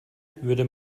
würde